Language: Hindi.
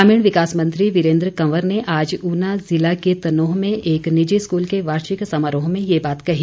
ग्रामीण विकास मंत्री वीरेन्द्र कंवर ने आज ऊना ज़िला के तनोह में एक निजी स्कूल के वार्षिक समारोह में ये बात कही